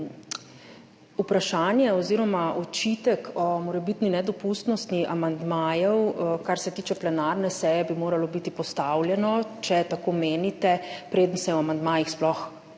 vprašanje oziroma očitek o morebitni nedopustnosti amandmajev, kar se tiče plenarne seje, postavljen, če tako menite, preden se je o amandmajih sploh